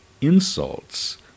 insults